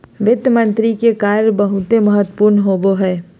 वित्त मंत्री के कार्य बहुते महत्वपूर्ण होवो हय